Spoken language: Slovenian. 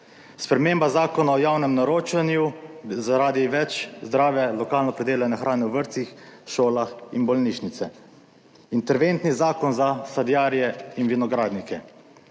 Sprememba zakona o javnem naročanju zaradi več zdrave, lokalno pridelane hrane v vrtcih, šolah in bolnišnice. Interventni zakon za sadjarje in vinogradnike.